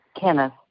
Kenneth